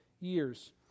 years